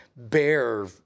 bear